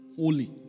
holy